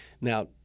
Now